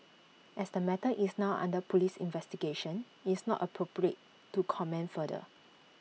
as the matter is now under Police investigation it's not appropriate to comment further